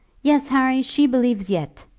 yes, harry, she believes yet.